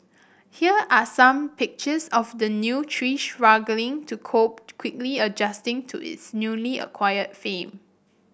here are some pictures of the new tree struggling to cope quickly adjusting to its newly acquired fame